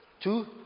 Two